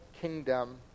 kingdom